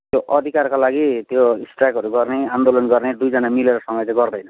त्यो अधिकारको लागि त्यो स्ट्राइकहरू गर्ने आन्दोलन गर्ने दुईजना मिलेर सँगै चाहिँ गर्दैन